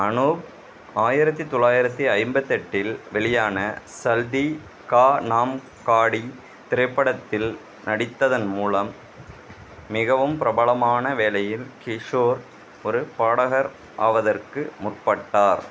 அனூப் ஆயிரத்து தொள்ளாயிரத்து ஐம்பத்தெட்டில் வெளியான சல்தீ கா நாம் காடி திரைப்படத்தில் நடித்ததன் மூலம் மிகவும் பிரபலமான வேளையில் கிஷோர் ஒரு பாடகர் ஆவதற்கு முற்பட்டார்